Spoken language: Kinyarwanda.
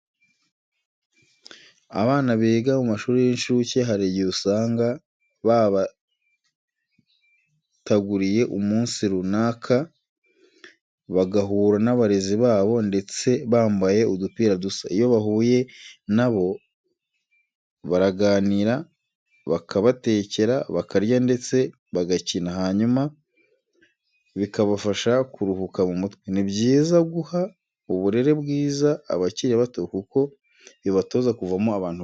Abana biga mu mashuri y'inshuke hari igihe usanga babataguriye umunsi runaka bagahura n'abarezi babo ndetse bambaye udupira dusa. Iyo bahuye na bo baraganira, bakabatekera, bakarya ndetse bagakina, hanyuma bikabafasha kuruhuka mu mutwe. Ni byiza guha uburere bwiza abakiri bato kuko bibatoza kuvamo abantu beza.